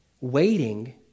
Waiting